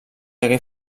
hagué